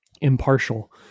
impartial